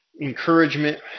encouragement